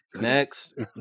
Next